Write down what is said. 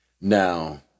Now